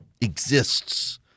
exists